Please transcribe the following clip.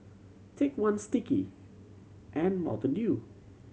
Take One Sticky and Mountain Dew